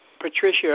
Patricia